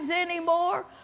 anymore